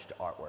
artwork